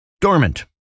dormant